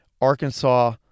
Arkansas